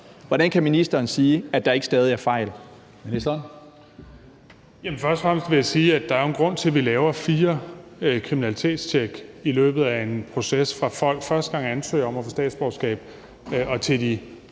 integrationsministeren (Kaare Dybvad Bek): Først og fremmest vil jeg sige, at der jo er en grund til, at vi laver fire kriminalitetstjek i løbet af en proces, fra folk første gang ansøger om at få statsborgerskab, til de